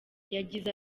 yagize